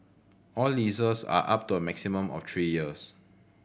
all leases are up to a maximum of three years